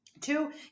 Two